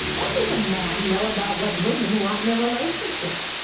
what does a man know about what women want in a relationship?